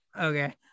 okay